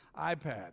iPad